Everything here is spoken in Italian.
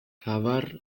cavar